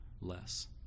less